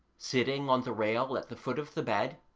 sitting on the rail at the foot of the bed,